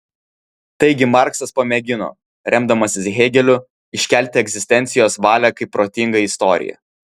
taigi marksas pamėgino remdamasis hėgeliu iškelti egzistencijos valią kaip protingą istoriją